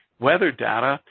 weather data,